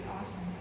awesome